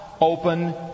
open